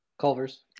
Culver's